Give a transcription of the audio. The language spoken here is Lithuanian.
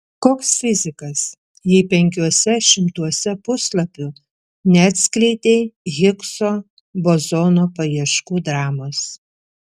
koks fizikas jei penkiuose šimtuose puslapių neatskleidei higso bozono paieškų dramos